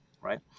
right